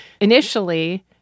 initially